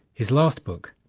his last book,